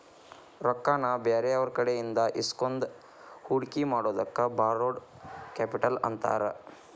ರೊಕ್ಕಾನ ಬ್ಯಾರೆಯವ್ರಕಡೆಇಂದಾ ಇಸ್ಕೊಂಡ್ ಹೂಡ್ಕಿ ಮಾಡೊದಕ್ಕ ಬಾರೊಡ್ ಕ್ಯಾಪಿಟಲ್ ಅಂತಾರ